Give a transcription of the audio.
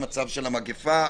המצב של המגפה,